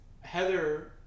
Heather